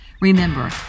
Remember